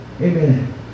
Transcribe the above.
Amen